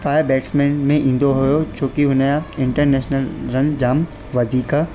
five batsman में ईंंदो हुयो छो की हुनजा इंटरनेशनल रन जाम वधीक